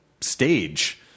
stage